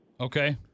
Okay